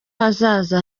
hazaza